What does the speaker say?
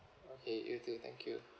okay you too thank you